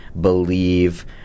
believe